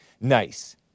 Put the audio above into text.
Nice